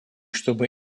чтобы